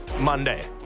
Monday